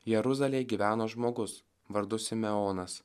jeruzalėj gyveno žmogus vardu simeonas